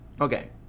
Okay